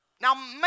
Now